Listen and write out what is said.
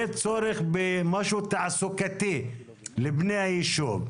יהיה צורך במשהו תעסוקתי לבני היישוב,